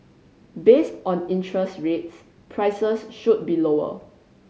based on interest rates prices should be lower